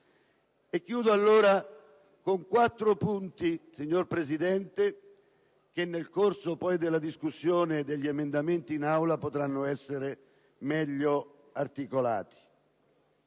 illustrare alcuni punti, signora Presidente, che nel corso poi della discussione degli emendamenti in Aula potranno essere meglio articolati.